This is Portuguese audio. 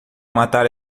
matar